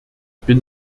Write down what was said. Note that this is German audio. bin